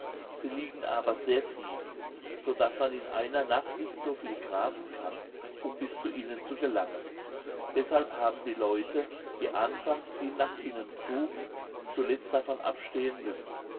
sie liegen aber sehr tief so daß man in einer nacht nicht so viel graben kann um bis zu ihnen zu gelangen deshalb haben die leute die anfangs viel nach ihnen gruben zuletzt davon abstehen müssen